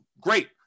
Great